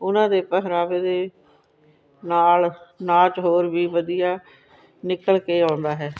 ਉਹਨਾਂ ਦੇ ਪਹਿਰਾਵੇ ਦੇ ਨਾਲ ਨਾਚ ਹੋਰ ਵੀ ਵਧੀਆ ਨਿਕਲ ਕੇ ਆਉਂਦਾ ਹੈ